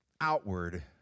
outward